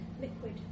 liquid